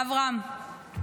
אברהם.